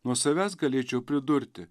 nuo savęs galėčiau pridurti